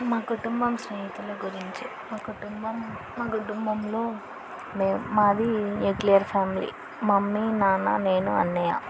మా కుటుంబం స్నేహితుల గురించి మా కుటుంబం మా కుటుంబంలో మేము మాది న్యూక్లియర్ ఫ్యామిలీ మమ్మీ నాన్న నేను అన్నయ్య